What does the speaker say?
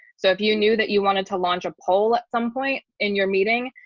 so if you knew that you wanted to launch a poll, at some point in your meeting,